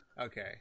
Okay